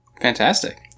Fantastic